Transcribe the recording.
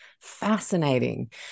Fascinating